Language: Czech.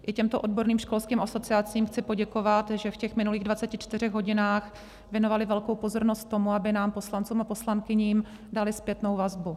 I těmto odborným školským asociacím chci poděkovat, že v minulých 24 hodinách věnovaly velkou pozornost tomu, aby nám poslancům a poslankyním dali zpětnou vazbu.